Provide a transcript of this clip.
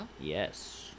Yes